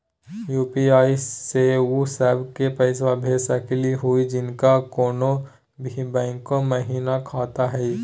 UPI स उ सब क पैसा भेज सकली हई जिनका कोनो भी बैंको महिना खाता हई?